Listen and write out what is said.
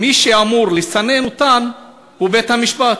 מי שאמור לסנן אותן הוא בית-המשפט.